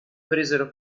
presero